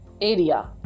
area